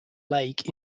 lake